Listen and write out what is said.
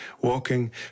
walking